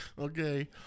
Okay